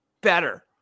better